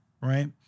Right